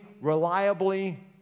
reliably